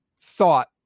thought